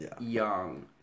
Young